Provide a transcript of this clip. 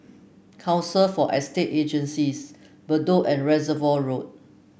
Council for Estate Agencies Bedok and Reservoir Road